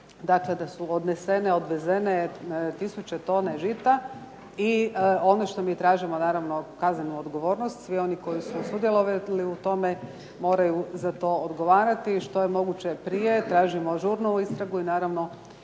dakle da su odnesene, odvezene tisuće tona žita. I ono što mi tražimo naravno kaznenu odgovornost. Svi oni koji su sudjelovali u tome moraju za to odgovarati što je moguće prije. Tražimo žurno istragu i naravno